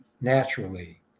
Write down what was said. naturally